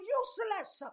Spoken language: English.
useless